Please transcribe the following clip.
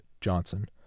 Johnson